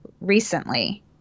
recently